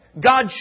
God